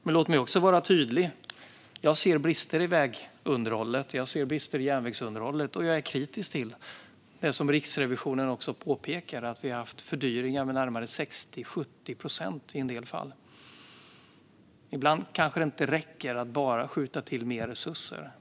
Men låt mig vara tydlig: Jag ser brister i vägunderhållet och järnvägsunderhållet, och jag är kritisk till det som också Riksrevisionen påpekar, att vi har haft fördyringar med närmare 60-70 procent i en del fall. Ibland räcker det kanske inte att bara skjuta till mer resurser.